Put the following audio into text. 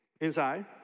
inside